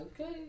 Okay